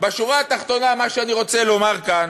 בשורה התחתונה, מה שאני רוצה לומר כאן,